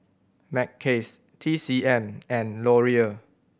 Mackays T C M and Laurier